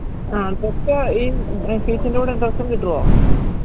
ആ ഡ്രസ്സ് ഈ ഫീസിന്റെ കൂടെ ഡ്രസ്സും കിട്ടുമോ